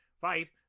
Fight